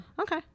Okay